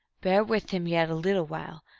bear with him yet a little while,